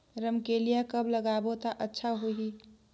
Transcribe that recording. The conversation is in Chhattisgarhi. रमकेलिया कब लगाबो ता अच्छा होही?